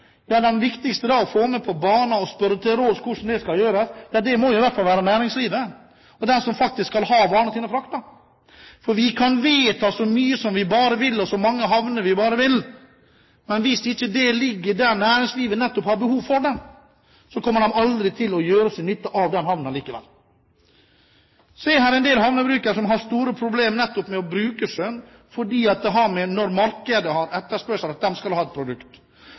den viktigste å få på banen og spørre til råds om hvordan det skal gjøres, i hvert fall være næringslivet og den som faktisk skal ha varene sine fraktet. Vi kan vedta så mye vi bare vil, og så mange havner vi bare vil, men hvis ikke havna ligger der næringslivet har behov for det, så kommer de aldri til å gjøre seg nytte av den havna likevel. Så finnes det en del havnebrukere som har store problemer nettopp med å bruke skjønn, fordi det har med markedets etterspørsel å gjøre – når markedet skal ha et produkt.